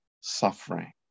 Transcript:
suffering